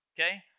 okay